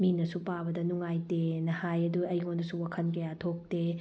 ꯃꯤꯅꯁꯨ ꯄꯥꯕꯗ ꯅꯨꯡꯉꯥꯏꯇꯦꯅ ꯍꯥꯏ ꯑꯗꯨꯒ ꯑꯩꯉꯣꯟꯗꯁꯨ ꯋꯥꯈꯜ ꯀꯌꯥ ꯊꯣꯛꯇꯦ